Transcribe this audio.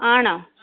ആണോ